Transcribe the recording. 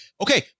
okay